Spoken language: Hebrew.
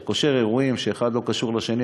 כשאתה קושר אירועים שאחד לא קשור לשני,